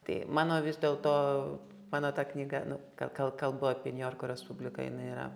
tai mano vis dėl to mano ta knyga nu ka kal kalbu apie niujorko respubliką jinai yra